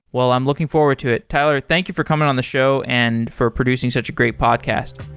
well, i'm looking forward to it. tyler, thank you for coming on the show and for producing such a great podcast.